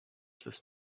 this